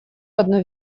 одну